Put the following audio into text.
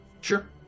Sure